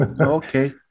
Okay